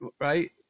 right